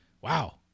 wow